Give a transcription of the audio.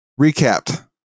Recapped